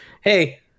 hey